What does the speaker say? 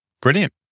Brilliant